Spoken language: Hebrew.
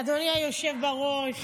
אדוני היושב בראש,